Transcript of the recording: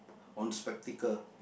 on spectacle